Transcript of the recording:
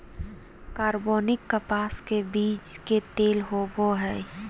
कार्बनिक कपास के बीज के तेल होबो हइ